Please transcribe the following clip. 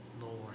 Lord